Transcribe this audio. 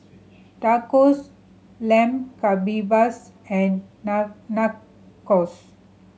Tacos Lamb Kebabs and Nachos